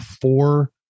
four